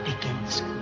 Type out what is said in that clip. begins